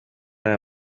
aya